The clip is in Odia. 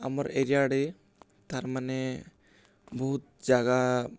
ଆମର୍ ଏରିଆରେ ତାର୍ମାନେେ ବହୁତ୍ ଜାଗା